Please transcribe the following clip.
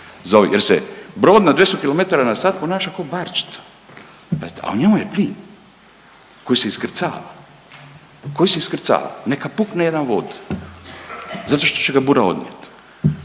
jer se brod na 200 km na sat ponaša kao barčica a u njoj je plin koji se iskrcava, koji se iskrcava. Neka pukne jedan vod zato što će ga bura odnijeti.